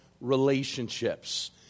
relationships